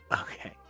Okay